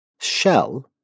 Shell